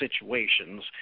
situations